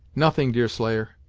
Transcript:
nothing, deerslayer.